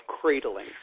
cradling